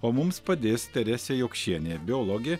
o mums padės teresė jokšienė biologė